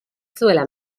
zuela